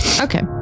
okay